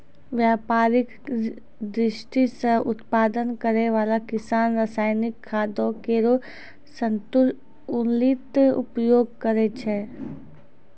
व्यापारिक दृष्टि सें उत्पादन करै वाला किसान रासायनिक खादो केरो संतुलित उपयोग करै छै